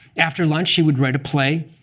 after lunch, he would write a play,